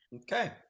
okay